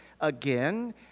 again